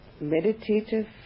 meditative